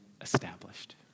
established